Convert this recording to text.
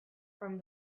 from